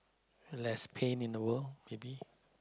less pain in the world maybe